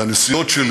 לנסיעות.